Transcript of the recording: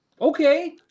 okay